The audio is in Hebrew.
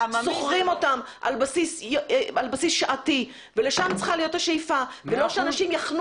שוכרים אותם על בסיס שעתי ולשם צריכה להיות השאיפה ולא שאנשים יחנו